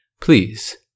please